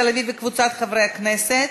וקבוצת חברי הכנסת.